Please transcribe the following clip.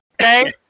okay